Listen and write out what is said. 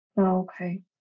Okay